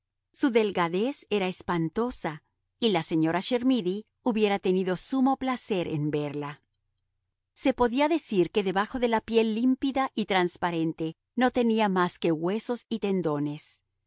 su delgadez era espantosa y la señora chermidy hubiera tenido sumo placer en verla se podía decir que debajo de la piel límpida y transparente no tenía más que huesos y tendones